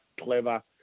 clever